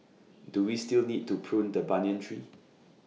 do we still need to prune the banyan tree